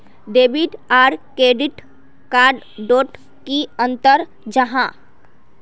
Debit आर credit card डोट की अंतर जाहा?